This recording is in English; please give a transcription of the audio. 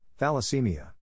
Thalassemia